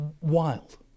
wild